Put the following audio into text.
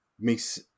makes